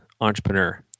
entrepreneur